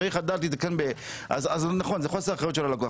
זה חוסר אחריות של הלקוח,